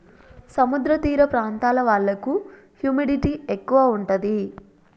సముద్ర తీర ప్రాంతాల వాళ్లకు హ్యూమిడిటీ ఎక్కువ ఉంటది